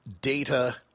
Data